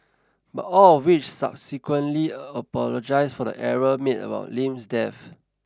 but all of which subsequently apologised for the error made about Lim's death